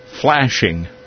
flashing